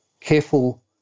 careful